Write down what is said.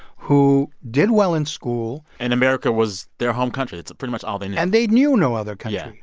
who did well in school. and america was their home country. it's pretty much all they knew. and they knew no other country.